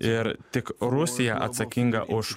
ir tik rusija atsakinga už